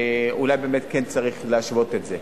אולי באמת צריך להשוות את זה.